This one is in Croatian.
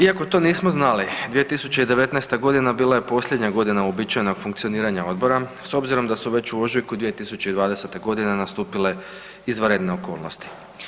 Iako to nismo znali 2019. godina bila je posljednja godina uobičajenog funkcioniranja odbora s obzirom da su već u ožujku 2020.-te godine nastupile izvanredne okolnosti.